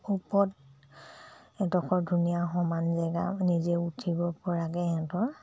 ওপৰত এডোখৰ ধুনীয়া সমান জেগা নিজে উঠিব পৰাকৈ সিহঁতৰ